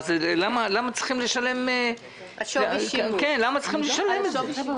למה צריך לשלם שווי שימוש?